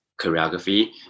choreography